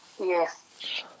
Yes